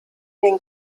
den